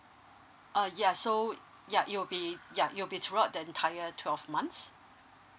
uh ya so ya you'll be ya you'll be throughout the entire twelve months